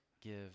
give